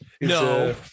No